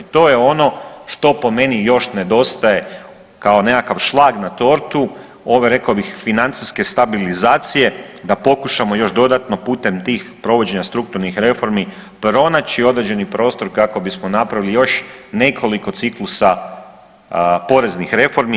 To je ono što po meni još nedostaje kao nekakav šlag na tortu ove rekao bih financijske stabilizacije da pokušamo još dodatno putem tih provođenja strukturnih reformi pronaći određeni prostor kako bismo napravili još nekoliko ciklusa poreznih reformi.